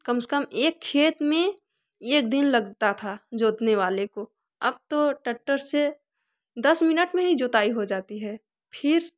कम से कम एक खेत में एक दिन लगता था जोतने वाले को अब तो ट्रेक्टर से दस मिनट में ही जुताई हो जाती है फिर